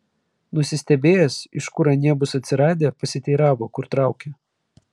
nusistebėjęs iš kur anie bus atsiradę pasiteiravo kur traukia